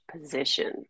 position